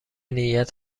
نیت